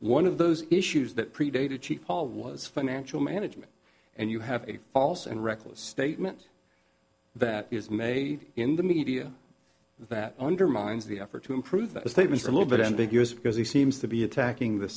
one of those issues that predated chief paul was financial management and you have a false and reckless statement that is made in the media that undermines the effort to improve that statement is a little bit ambiguous because he seems to be attacking the